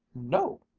no.